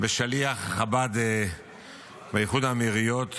בשליח חב"ד באיחוד האמירויות